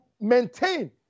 maintain